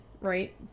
Right